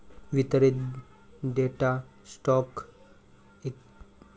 वितरित data stock exchange feed, brokers, dealer desk filing स्त्रोतांकडून गोळा केला जातो